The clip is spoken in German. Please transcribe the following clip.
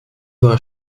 war